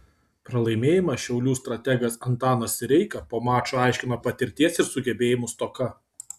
pralaimėjimą šiaulių strategas antanas sireika po mačo aiškino patirties ir sugebėjimų stoka